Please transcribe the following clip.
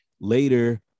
later